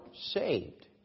saved